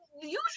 usually